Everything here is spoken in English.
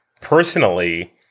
personally